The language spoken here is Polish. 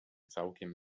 całkiem